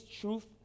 truth